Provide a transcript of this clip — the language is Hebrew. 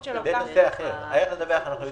של --- איך לדווח אנחנו יודעים.